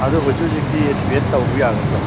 ꯑꯗꯨ ꯍꯨꯖꯤꯛ ꯍꯨꯖꯤꯛꯇꯤ ꯑꯦꯛꯇꯤꯕꯦꯠ ꯇꯧꯕ ꯌꯥꯒꯗ꯭ꯔꯣ